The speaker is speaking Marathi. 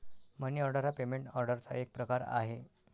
मनी ऑर्डर हा पेमेंट ऑर्डरचा एक प्रकार आहे